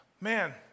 Man